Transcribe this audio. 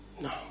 No